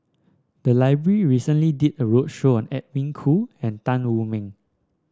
the library recently did a roadshow on Edwin Koo and Tan Wu Meng